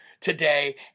today